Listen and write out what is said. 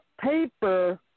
paper